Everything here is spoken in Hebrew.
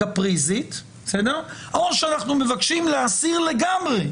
קפריזית או שאנחנו מבקשים להסיר לגמרי,